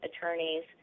attorneys